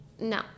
No